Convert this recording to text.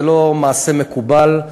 זה לא מעשה מקובל,